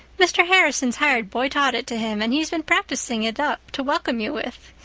mr. harrison's hired boy taught it to him, and he's been practicing it up to welcome you with.